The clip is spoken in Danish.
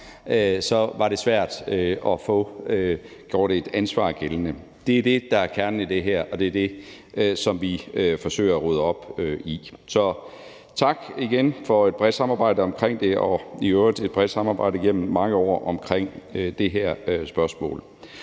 så var det svært at få gjort et ansvar gældende. Det er det, der er kernen i det her, og det er det, som vi forsøger at rydde op i. Så tak igen for et bredt samarbejde omkring det og for et i øvrigt bredt samarbejde gennem mange år om det her spørgsmål.